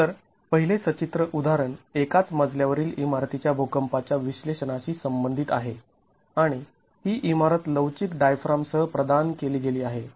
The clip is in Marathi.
तर पहिले सचित्र उदाहरण एकाच मजल्या वरील इमारतीच्या भुकंपाच्या विश्लेषणाशी संबंधित आहे आणि ही इमारत लवचिक डायफ्रामसह प्रदान केली गेली आहे